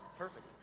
perfect.